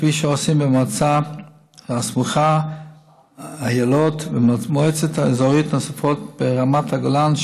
כפי שעושים במועצה הסמוכה אילות ובמועצות אזוריות נוספות ברמת הגולן,